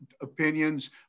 opinions